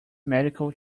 medical